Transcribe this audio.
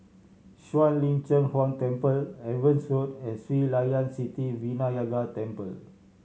Shuang Lin Cheng Huang Temple Evans Road and Sri Layan Sithi Vinayagar Temple